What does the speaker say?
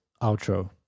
outro